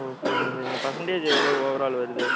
okay உங்களுக்கு இங்கே percentage எவ்வளோ ஓவர்ஆல் வருது